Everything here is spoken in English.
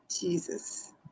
Jesus